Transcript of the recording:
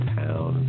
town